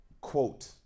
quote